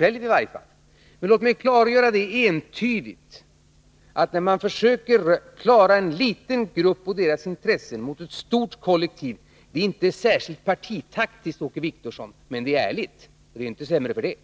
Men låt mig entydigt klargöra: När man försöker klara en liten grupp och dess intressen mot ett stort kollektiv är det inte särskilt partitaktiskt, Åke Wictorsson. Däremot är det ärligt — men det är ju inte sämre för det.